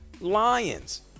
Lions